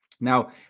Now